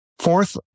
Fourth